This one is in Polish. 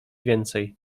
więcej